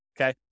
okay